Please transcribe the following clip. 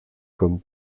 comme